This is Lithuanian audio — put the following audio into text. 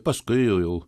paskui jau